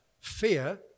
fear